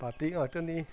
party ꯉꯥꯛꯇꯅꯤ